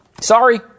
Sorry